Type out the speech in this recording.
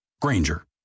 Granger